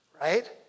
right